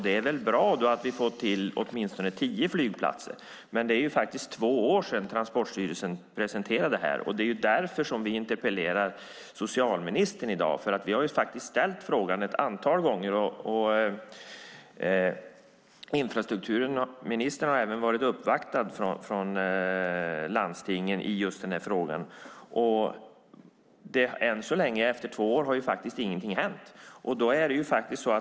Det är väl bra att vi får åtminstone tio flygplatser till, men det är faktiskt två år sedan Transportstyrelsen presenterade detta. Det är därför som vi interpellerar socialministern i dag. Vi har ställt frågan ett antal gånger, och infrastrukturministern har även uppvaktats av landstingen i just den här frågan. Efter två år har faktiskt ingenting hänt.